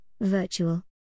virtual